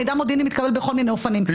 מידע מודיעיני מתקבל בכל מיני אופנים,